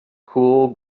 cool